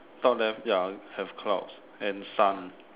cloud have ya have clouds and sun